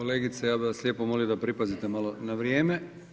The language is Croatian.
Kolegice, ja bi vas lijepo molio da pripazite malo na vrijeme.